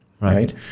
right